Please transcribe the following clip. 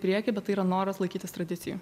priekį bet tai yra noras laikytis tradicijų